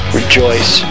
rejoice